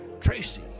Tracy